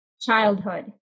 childhood